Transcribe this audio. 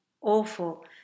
awful